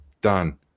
done